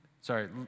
sorry